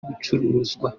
gucuruzwa